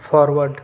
forward